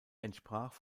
entsprach